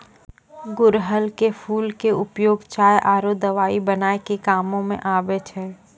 गुड़हल के फूल के उपयोग चाय आरो दवाई बनाय के कामों म आबै छै